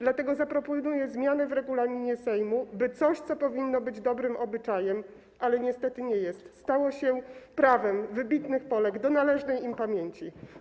Dlatego zaproponuję zmianę w regulaminie Sejmu, by coś, co powinno być dobrym obyczajem, ale niestety nie jest, stało się prawem wybitnych Polek do należnej im pamięci.